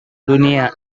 dunia